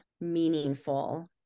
meaningful